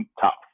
top